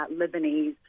Lebanese